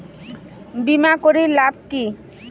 বিমা করির লাভ কি?